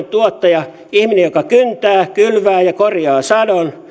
tuottaja ihminen joka kyntää kylvää ja korjaa sadon